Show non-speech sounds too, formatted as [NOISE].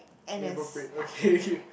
inappropriate [BREATH] okay